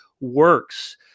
works